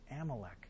Amalek